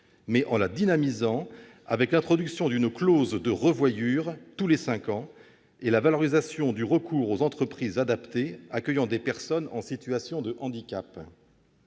mais en la dynamisant avec l'introduction d'une clause de revoyure tous les cinq ans, et la valorisation du recours aux entreprises adaptées accueillant des personnes en situation de handicap.